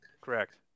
Correct